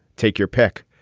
take your pick.